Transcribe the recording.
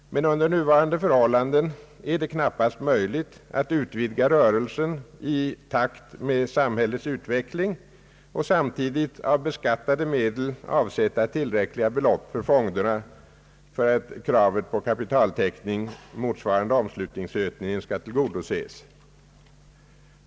Under nuvarande förhållanden är det emellertid knappast möjligt att utvidga rörelsen i takt med samhällets utveckling och samtidigt av beskattade medel avsätta tillräckliga belopp för fonderna för att kravet på kapitaltäckning, motsvarande omsättningsökningen, skall tillgodoses.